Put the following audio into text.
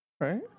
right